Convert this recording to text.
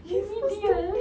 remedial